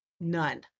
None